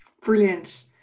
Brilliant